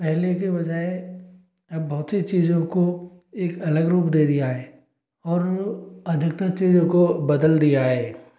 पहले के बज़ाय अब बहुत सी चीजों को एक अलग रूप दे दिया है और अधिकतर चीजों को बदल दिया है